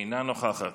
אינה נוכחת.